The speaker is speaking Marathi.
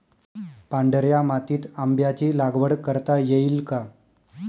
पांढऱ्या मातीत आंब्याची लागवड करता येईल का?